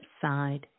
side